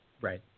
Right